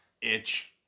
itch